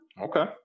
Okay